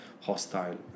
hostile